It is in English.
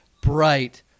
bright